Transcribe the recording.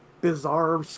bizarre